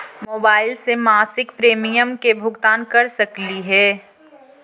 Mobile से मासिक premium के भुगतान कर सकली हे?